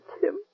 Tim